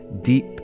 deep